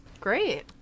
Great